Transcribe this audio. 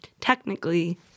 technically